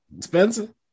Spencer